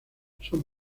son